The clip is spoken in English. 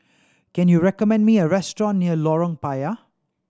can you recommend me a restaurant near Lorong Payah